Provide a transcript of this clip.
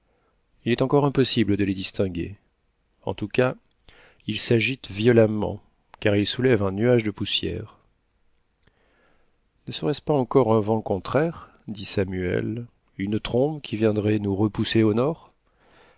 il est encore impossible de les distinguer en tout cas ils s'agitent violemment car ils soulèvent un nuage de poussière ne serait-ce pas encore un vent contraire dit samuel une trombe qui viendrait nous repousser au nord